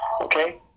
Okay